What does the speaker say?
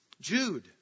Jude